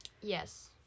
Yes